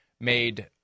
made